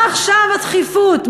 מה עכשיו הדחיפות,